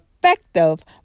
effective